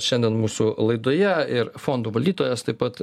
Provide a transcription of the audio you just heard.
šiandien mūsų laidoje ir fondų valdytojas taip pat